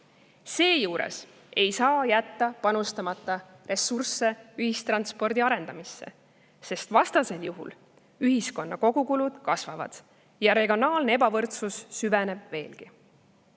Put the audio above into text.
Seejuures ei saa jätta panustamata ressursse ühistranspordi arendamisse, sest vastasel juhul ühiskonna kogukulud kasvavad ja regionaalne ebavõrdsus süveneb veelgi.